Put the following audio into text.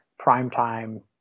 primetime